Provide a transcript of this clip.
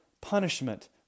punishment